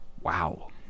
Wow